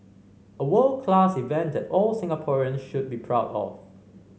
a world class event that all Singaporean should be proud of